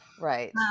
Right